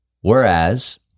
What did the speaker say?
whereas